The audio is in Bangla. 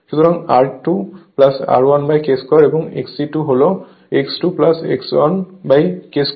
সুতরাং R2 R1k2 এবং XE2 হল X2 X1 K 2